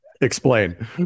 Explain